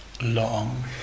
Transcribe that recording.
long